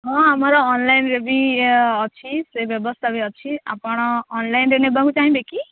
ହଁ ଆମର ଅନଲାଇନ୍ରେ ବି ଅଛି ସେ ବ୍ୟବସ୍ଥା ବି ଅଛି ଆପଣ ଅନଲାଇନ୍ରେ ନେବାକୁ ଚାହଁବେ କି